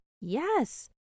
Yes